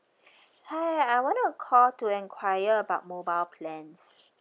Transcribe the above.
hi I wanted to call to enquire about mobile plans